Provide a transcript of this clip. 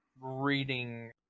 reading